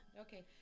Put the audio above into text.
Okay